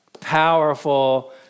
powerful